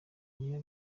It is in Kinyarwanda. niyo